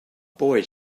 boy